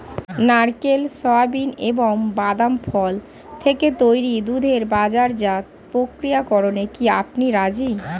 নারকেল, সোয়াবিন এবং বাদাম ফল থেকে তৈরি দুধের বাজারজাত প্রক্রিয়াকরণে কি আপনি রাজি?